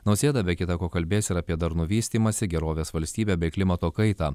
nausėda be kita ko kalbės ir apie darnų vystymąsi gerovės valstybę bei klimato kaitą